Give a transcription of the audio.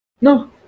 No